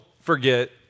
Forget